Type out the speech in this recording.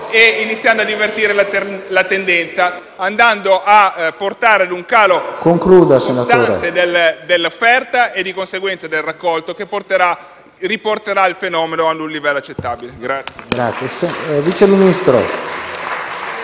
...iniziando ad invertire la tendenza, andando verso un calo costante dell'offerta e di conseguenza del raccolto, che riporterà il fenomeno ad un livello accettabile.